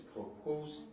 proposed